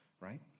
right